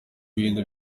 bintu